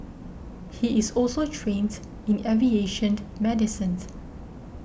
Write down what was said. he is also trains in aviation medicine